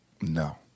No